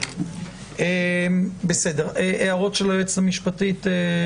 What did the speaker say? הערות של היועצת המשפטית?